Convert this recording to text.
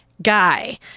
guy